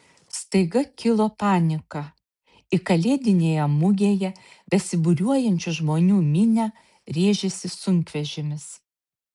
staiga kilo panika į kalėdinėje mugėje besibūriuojančių žmonių minią rėžėsi sunkvežimis